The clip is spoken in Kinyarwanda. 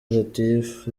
latif